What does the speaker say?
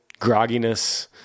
grogginess